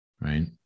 right